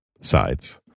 sides